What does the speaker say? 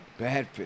Badfish